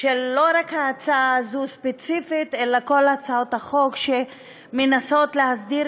לא רק של ההצעה הזו ספציפית אלא של כל הצעות החוק שמנסות להסדיר